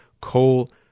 Coal